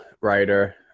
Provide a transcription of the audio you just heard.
writer